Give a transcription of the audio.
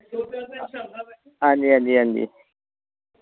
हांजी हांजी हांजी